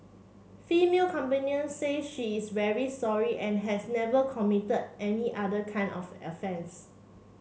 female companion say she is very sorry and has never committed any other kind of offence